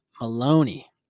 Maloney